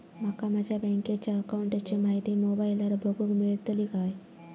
माका माझ्या बँकेच्या अकाऊंटची माहिती मोबाईलार बगुक मेळतली काय?